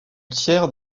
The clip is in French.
tiers